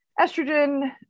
estrogen